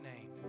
name